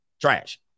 trash